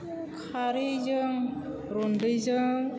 खारैजों रन्दैजों